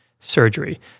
Surgery